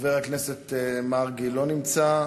חבר הכנסת מרגי, לא נמצא.